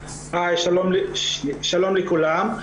--- שלום לכולם.